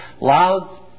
Loud's